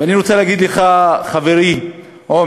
ואני רוצה להגיד לך, חברי עמר,